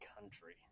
country